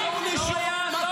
שוויוניים.